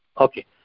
Okay